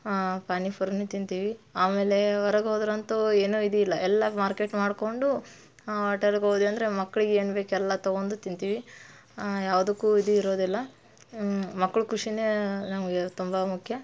ಪಾನಿಪುರಿನೂ ತಿಂತೀವಿ ಆಮೇಲೆ ಹೊರಗ್ ಹೋದರಂತೂ ಏನೂ ಇದಿಲ್ಲ ಎಲ್ಲ ಮಾರ್ಕೆಟ್ ಮಾಡಿಕೊಂಡು ಒಟೆಲ್ಗೆ ಹೋದ್ವಿ ಅಂದರೆ ಮಕ್ಳಿಗೆ ಏನು ಬೇಕೋ ಎಲ್ಲ ತೊಗೊಂಡು ತಿಂತೀವಿ ಯಾವುದಕ್ಕೂ ಇದು ಇರೋದಿಲ್ಲ ಮಕ್ಳ ಖುಷಿಯೇ ನಮಗೆ ತುಂಬ ಮುಖ್ಯ